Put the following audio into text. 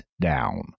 down